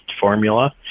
formula